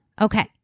Okay